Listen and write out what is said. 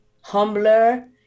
humbler